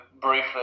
briefly